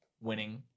winning